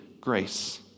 grace